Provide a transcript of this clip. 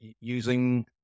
using